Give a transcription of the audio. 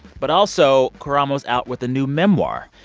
but also, karamo's out with a new memoir.